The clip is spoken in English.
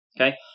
Okay